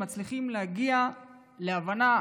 שמצליחים להגיע להבנה.